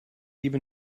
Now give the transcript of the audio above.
even